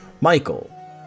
Michael